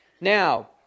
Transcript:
Now